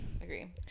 Agree